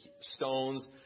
stones